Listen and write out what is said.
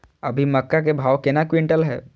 अभी मक्का के भाव केना क्विंटल हय?